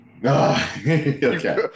okay